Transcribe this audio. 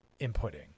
inputting